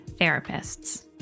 therapists